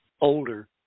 older